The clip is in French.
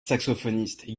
saxophoniste